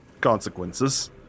consequences